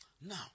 Now